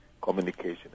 communication